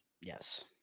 Yes